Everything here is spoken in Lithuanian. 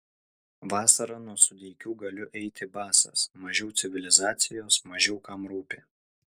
vasarą nuo sudeikių galiu eiti basas mažiau civilizacijos mažiau kam rūpi